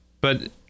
But-